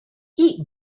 eat